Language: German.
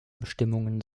bestimmungen